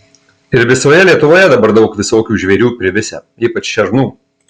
ir visoje lietuvoje dabar daug visokių žvėrių privisę ypač šernų